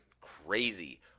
Crazy